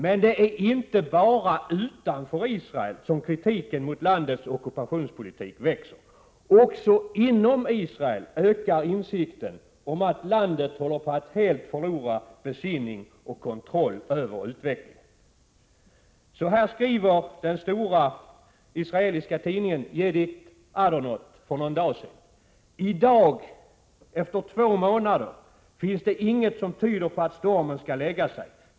Men det är inte bara utanför Israel som kritiken mot landets ockupationspolitik växer. Också inom Israel ökar insikten om att landet håller på att helt förlora besinningen och kontrollen över utvecklingen. Så här skrev den stora israeliska tidningen Yedict Ahronot för någon dag sedan: ”I dag, efter två månader, finns det inget som tyder på att stormen skall lägga sig.